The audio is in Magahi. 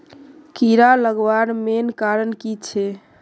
कीड़ा लगवार मेन कारण की छे?